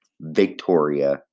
Victoria